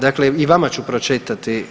Dakle, i vama ću pročitati.